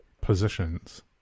positions